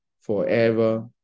forever